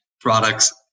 products